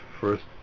first